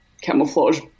camouflage